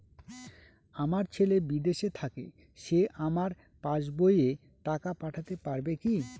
আমার ছেলে বিদেশে থাকে সে আমার পাসবই এ টাকা পাঠাতে পারবে কি?